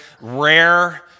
rare